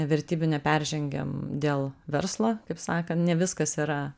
vertybių neperžengiam dėl verslo kaip sakant ne viskas yra